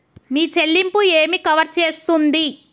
మీ చెల్లింపు ఏమి కవర్ చేస్తుంది?